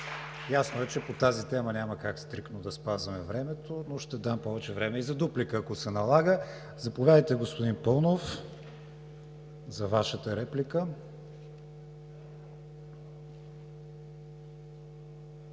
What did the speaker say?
Ясно е, че по тази тема няма как стриктно да спазваме времето, но ще дам повече време и за дуплика, ако се налага. Заповядайте, господин Паунов, за Вашата реплика.